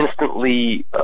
instantly